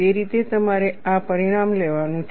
તે રીતે તમારે આ પરિણામ લેવાનું છે